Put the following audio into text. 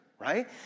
Right